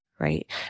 Right